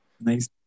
Nice